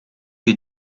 you